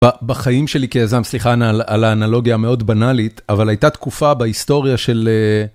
בחיים שלי כיזם, סליחה על האנלוגיה המאוד בנאלית, אבל הייתה תקופה בהיסטוריה של...